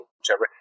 whichever